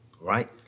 Right